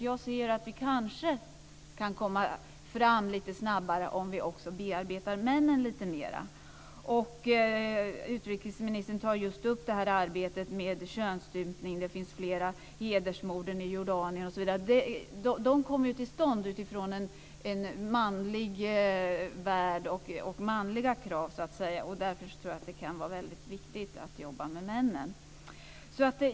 Jag ser att vi kanske kan komma fram lite snabbare om vi bearbetar männen lite mer. Utrikesministern tar upp just arbetet med könsstympning, och det finns flera saker, som hedersmorden i Jordanien osv. De kommer till stånd utifrån en manlig värld och manliga krav. Därför kan det vara väldigt viktigt att jobba med männen.